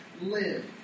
live